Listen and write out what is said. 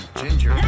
ginger